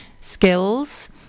skills